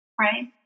Right